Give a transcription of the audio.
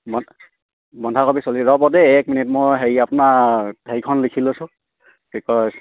বন্ধাকবি চলি ৰ'ব দেই এক মিনিট মই হেৰি আপোনাৰ হেৰিখন লিখি লৈছোঁ কি কয়